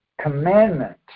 commandment